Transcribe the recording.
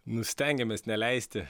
nu stengiamės neleisti